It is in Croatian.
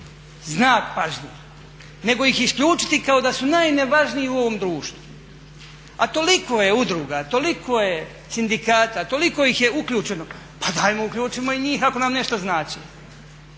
znak pažnje nego ih isključiti kao da su najnevažniji u ovom društvu. A toliko je udruga, toliko sindikata toliko ih je uključeno, pa dajmo uključimo i njih ako nam nešto znače.